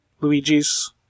Luigi's